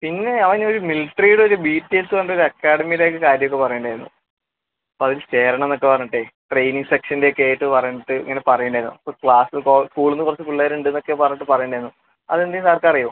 പിന്നെ അവൻ ഒര് മിലിട്ടറിയുടെ ഒരു ബി പി എസ് പറഞ്ഞിട്ട് ഒരു അക്കാദമിയുടെ ഒക്കെ കാര്യം ഒക്കെ പറയുന്നുണ്ടായിരുന്നു അപ്പോൾ അതിൽ ചേരണമെന്ന് ഒക്കെ പറഞ്ഞിട്ട് ട്രെയിനിംഗ് സെക്ഷനിൽ കേട്ട് പറഞ്ഞിട്ട് ഇങ്ങനെ പറയുന്നുണ്ടായിരുന്നു അപ്പോൾ ക്ലാസ്സിൽ ഇപ്പോൾ സ്കൂളിൽനിന്ന് കുറച്ച് പിള്ളേർ ഉണ്ടെന്ന് ഒക്കെ പറഞ്ഞിട്ട് പറയുന്നുണ്ടായിരുന്നു അത് എന്ത് സാർക്ക് അറിയുവോ